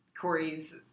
Corey's